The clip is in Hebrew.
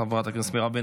חברת הכנסת מירב בן